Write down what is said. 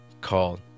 called